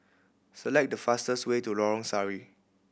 select the fastest way to Lorong Sari